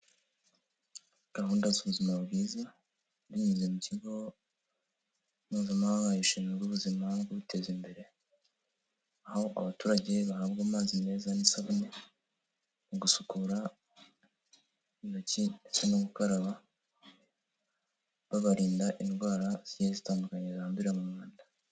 Gahunda z'ubuzima bwiza, binyuze mu kigo mpuzamahanga gishinzwe ubuzima bwo guteza imbere, aho abaturage bahabwa amazi meza n'isabune, mu gusukura intoki ndetse no gukaraba, babarinda indwara zigiye zitandukanye zandurira mu mwanda.